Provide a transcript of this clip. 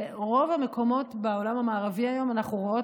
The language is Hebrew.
ברוב המקומות בעולם המערבי היום אנחנו רואות